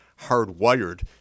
hardwired